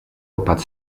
opat